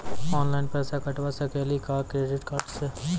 Online पैसा कटवा सकेली का क्रेडिट कार्ड सा?